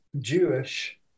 Jewish